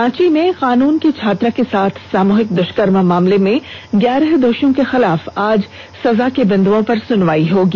रांची में कानून की छात्रा से सामूहिक द्रष्कर्म मामले में ग्यारह दोषियों के खिलाफ आज सजा के बिंदओं पर सुनवाई होगी